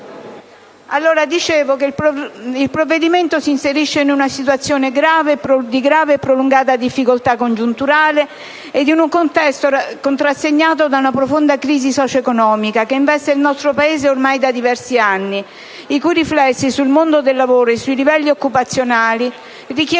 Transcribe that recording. Dicevo che il provvedimento si inserisce in una situazione di grave e prolungata difficoltà congiunturale e in un contesto contrassegnato da una profonda crisi socio-economica, che investe il nostro Paese ormai da diversi anni, i cui riflessi sul mondo del lavoro e sui livelli occupazionali richiedono